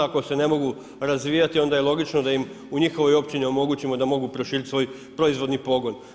Ako se ne mogu razvijati onda je logično da im u njihovoj općini omogućimo da mogu proširiti svoj proizvodni pogon.